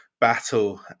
battle